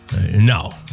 No